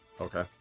Okay